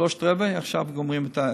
שלושת רבעי, עכשיו גומרים את השאר.